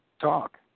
talk